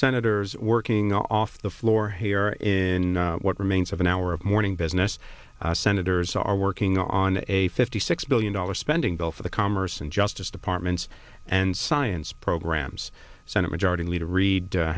senators working off the floor here in what remains of an hour of morning business senators are working on a fifty six billion dollars spending bill for the commerce and justice departments and science programs senate majority leader reid